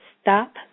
stop